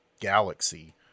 galaxy